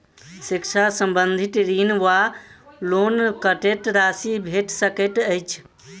शिक्षा संबंधित ऋण वा लोन कत्तेक राशि भेट सकैत अछि?